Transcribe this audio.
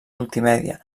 multimèdia